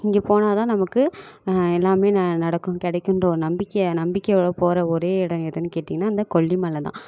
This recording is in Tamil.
இங்கே போனால் தான் நமக்கு எல்லாமே ந நடக்கும் கிடைக்குன்ற ஒரு நம்பிக்கை நம்பிக்கையோட போகிற ஒரே இடம் எதுன்னு கேட்டிங்கன்னால் இந்த கொல்லிமலை தான்